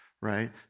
right